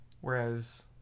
Whereas